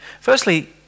Firstly